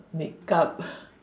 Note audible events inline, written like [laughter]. makeup [coughs]